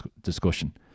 discussion